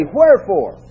Wherefore